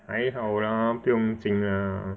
还好 lah 不用紧 ah